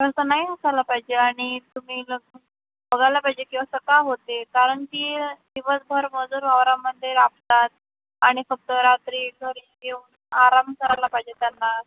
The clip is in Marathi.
तसं नाही असायला पाहिजे आणि तुम्ही लग बघायला पाहिजे की असं का होते कारण की दिवसभर मजूर वावरामध्ये राबतात आणि फक्त रात्री घरी येऊन आराम करायला पाहिजे त्यांना